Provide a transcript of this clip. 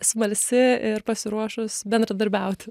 smalsi ir pasiruošus bendradarbiauti